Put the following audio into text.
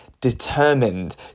determined